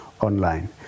online